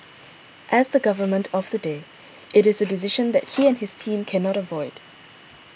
as the Government of the day it is a decision that he and his team cannot avoid